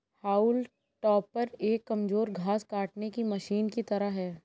हाउल टॉपर एक कमजोर घास काटने की मशीन की तरह है